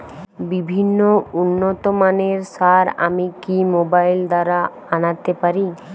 বিভিন্ন উন্নতমানের সার আমি কি মোবাইল দ্বারা আনাতে পারি?